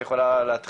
את יכולה להתחיל,